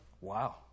Wow